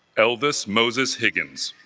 elvis moses higgins